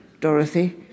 Dorothy